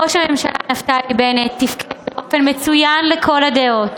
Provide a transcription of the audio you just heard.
ראש הממשלה נפתלי בנט תפקד באופן מצוין לכל הדעות.